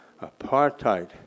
apartheid